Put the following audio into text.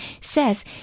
says